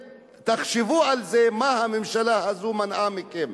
תחשבו על מה שהממשלה הזאת מנעה מכם.